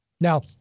Now